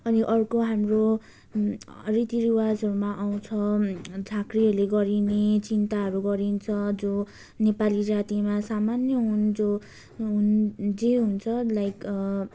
अनि अर्को हाम्रो रीतिरिवाजहरूमा आउँछ झाँक्रीहरूले गरिने चिन्ताहरू गरिन्छ जो नेपाली जातिमा सामान्य हुन् जो हुन् जे हुन्छ लाइक